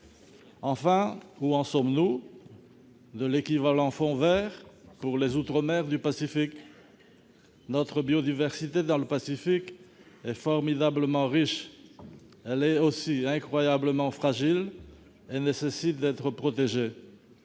Enfin, où en sommes-nous de l'« équivalent fonds vert » pour les outre-mer du Pacifique ? Notre biodiversité, dans le Pacifique, est formidablement riche. Elle est aussi incroyablement fragile et nécessite d'être protégée.